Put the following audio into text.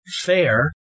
fair